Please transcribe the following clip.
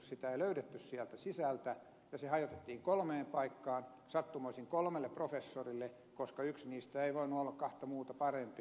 sitä ei löydetty sieltä sisältä ja se hajotettiin kolmeen paikkaan sattumoisin kolmelle professorille koska yksi niistä ei voinut olla kahta muuta parempi